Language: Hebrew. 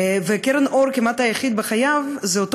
קרן אור היחידה כמעט בחייו היא אותו